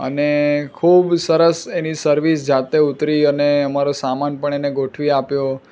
અને ખૂબ સરસ એની સર્વિસ જાતે ઉતરી અને અમારો સામાન પણ એણે ગોઠવી આપ્યો